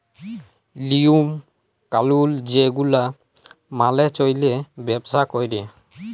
লিওম কালুল যে গুলা মালে চল্যে ব্যবসা ক্যরে